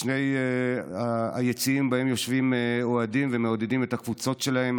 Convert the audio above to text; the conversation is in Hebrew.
בשני היציעים שבהם יושבים אוהדים ומעודדים את הקבוצות שלהם.